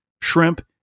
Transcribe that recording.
shrimp